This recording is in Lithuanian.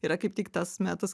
yra kaip tik tas metas